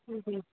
हाँ हाँ